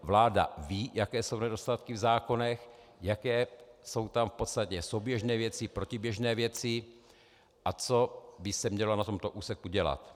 Vláda ví, jaké jsou nedostatky v zákonech, jaké jsou tam souběžné věci, protiběžné věci a co by se mělo na tomto úseku dělat.